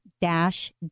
dash